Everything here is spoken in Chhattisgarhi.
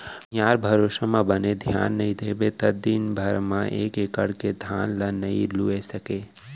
बनिहार भरोसा म बने धियान नइ देबे त दिन भर म एक एकड़ के धान ल नइ लूए सकें